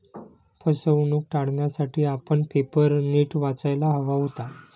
फसवणूक टाळण्यासाठी आपण पेपर नीट वाचायला हवा होता